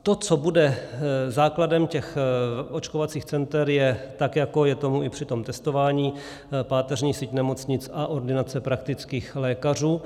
To, co bude základem těch očkovacích center, je, tak jako je tomu i při tom testování, páteřní síť nemocnic a ordinace praktických lékařů.